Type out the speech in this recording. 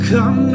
Come